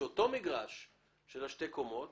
כאשר אותו מגרש של שתי הקומות